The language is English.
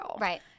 right